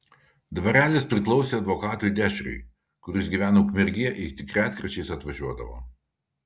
dvarelis priklausė advokatui dešriui kuris gyveno ukmergėje ir tik retkarčiais atvažiuodavo